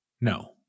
No